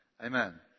Amen